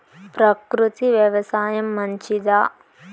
ప్రకృతి వ్యవసాయం మంచిదా?